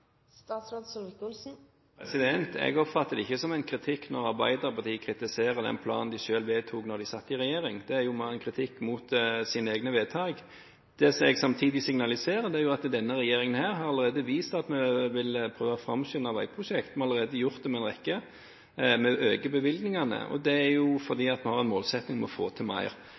Jeg oppfatter det ikke som en kritikk når Arbeiderpartiet kritiserer den planen de selv vedtok da de satt i regjering. Det er jo mer en kritikk mot egne vedtak. Det som jeg samtidig signaliserer, er at denne regjeringen allerede har vist at vi vil prøve å framskynde veiprosjekter – vi har allerede gjort det med en rekke. Vi øker bevilgningene, og det er fordi vi har en målsetting om å få til mer.